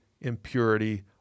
impurity